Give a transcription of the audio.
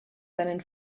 seinen